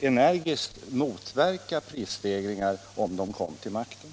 energiskt motverka prisstegringar om de kom till makten.